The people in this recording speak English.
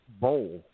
bowl